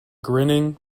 grinning